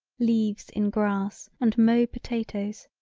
leaves in grass and mow potatoes,